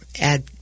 Add